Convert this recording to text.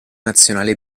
nazionale